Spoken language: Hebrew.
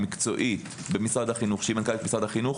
המקצועית במשרד החינוך שהיא מנכ"לית משרד החינוך